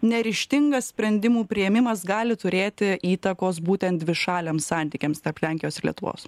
neryžtingas sprendimų priėmimas gali turėti įtakos būtent dvišaliams santykiams tarp lenkijos ir lietuvos